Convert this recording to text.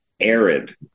arid